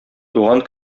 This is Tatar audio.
туган